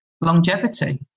longevity